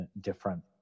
different